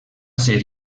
ser